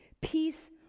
Peace